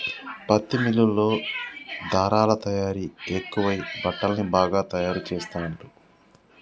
పత్తి మిల్లుల్లో ధారలా తయారీ ఎక్కువై బట్టల్ని బాగా తాయారు చెస్తాండ్లు